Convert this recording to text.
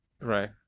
right